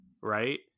right